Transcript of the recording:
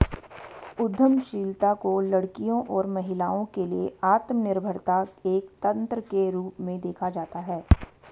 उद्यमशीलता को लड़कियों और महिलाओं के लिए आत्मनिर्भरता एक तंत्र के रूप में देखा जाता है